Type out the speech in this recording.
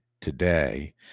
today